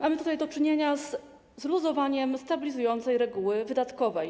Mamy tutaj do czynienia z luzowaniem stabilizującej reguły wydatkowej.